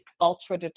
ultra